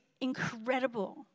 incredible